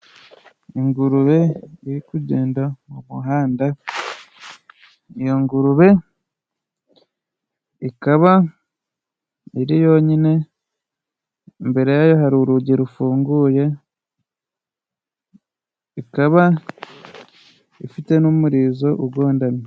Ingurube iri kugenda mu muhanda. Iyo ngurube ikaba iri yonyine, imbere yayo hari urugi rufunguye ikaba ifite n'umurizo ugondamye.